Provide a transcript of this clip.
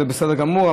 זה בסדר גמור,